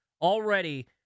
Already